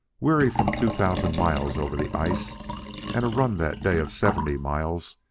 weary from two thousand miles over the ice and a run that day of seventy miles,